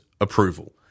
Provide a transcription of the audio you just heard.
approval